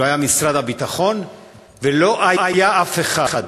לא היה משרד הביטחון ולא היה אף אחד.